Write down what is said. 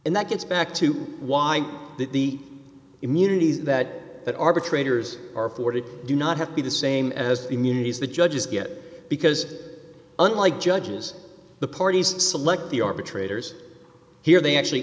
and that gets back to why the immunities that that arbitrator's are forty do not have to be the same as immunities the judges get because unlike judges the parties select the arbitrators here they actually